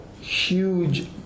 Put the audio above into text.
huge